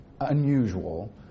unusual